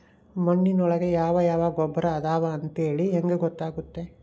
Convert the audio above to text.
ಮಣ್ಣಿನೊಳಗೆ ಯಾವ ಯಾವ ಗೊಬ್ಬರ ಅದಾವ ಅಂತೇಳಿ ಹೆಂಗ್ ಗೊತ್ತಾಗುತ್ತೆ?